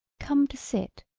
come to sit,